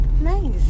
Nice